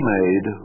made